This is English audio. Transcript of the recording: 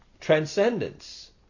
transcendence